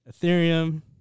ethereum